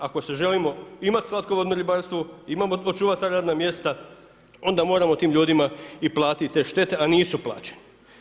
Ako želimo imat slatkovodno ribarstvo, imamo očuvat ta radna mjesta, onda moramo tim ljudima i platiti te štete, a nisu plaćene.